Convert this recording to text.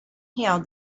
hailed